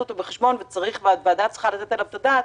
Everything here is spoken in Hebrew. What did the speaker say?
אותו בחשבון והוועדה צריכה לתת עליו את הדעת,